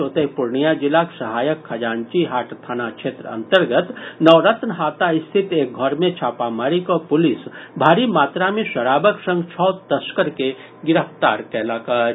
ओतहि पूर्णिया जिलाक सहायक खजांची हाट थाना क्षेत्र अंतर्गत नवरत्न हाता स्थित एक घर मे छापामारी कऽ पुलिस भारी मात्रा मे शराबक संग छओ तस्कर के गिरफ्तार कयलक अछि